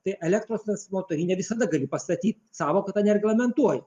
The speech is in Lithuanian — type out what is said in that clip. tai elektros transformatorinę visada gali pastatyt sąvoka to neargumentuoja